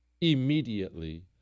immediately